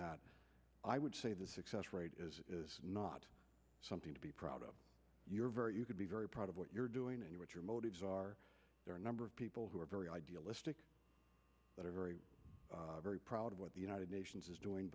that i would say the success rate is not something to be proud of your very you could be very proud of what you're doing and what your motives are there are a number of people who are very idealistic that are very very proud of what the united nations is doing